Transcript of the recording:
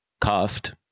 cuffed